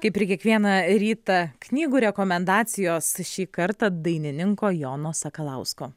kaip ir kiekvieną rytą knygų rekomendacijos šį kartą dainininko jono sakalausko